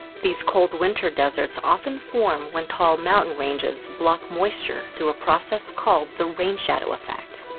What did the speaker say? these cold-winter deserts often form when tall mountain ranges block moisture through a process called the rain-shadow effect.